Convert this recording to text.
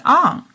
on